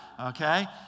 Okay